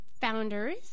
founders